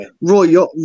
Roy